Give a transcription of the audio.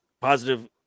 positive